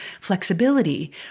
Flexibility